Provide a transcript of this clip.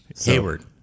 Hayward